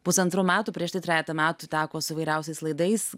pusantrų metų prieš trejetą metų teko su įvairiausiais laidais